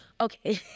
Okay